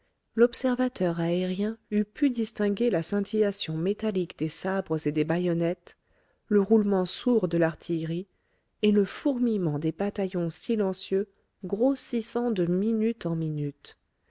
l'observateur aérien eût pu distinguer la scintillation métallique des sabres et des bayonnettes le roulement sourd de l'artillerie et le fourmillement des bataillons silencieux grossissant de minute en minute